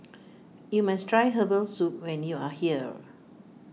you must try Herbal Soup when you are here